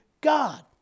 God